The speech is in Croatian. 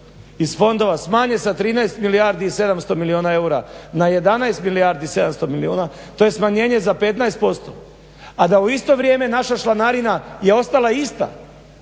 iz fondova smanje sa 13 milijardi i 700 milijuna eura smanje na 11 milijardi i 700 milijuna. To je smanjenje za 15%, a da u isto vrijeme naša članarina je ostala ista,